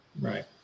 Right